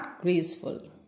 graceful